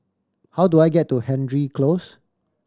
how do I get to Hendry Close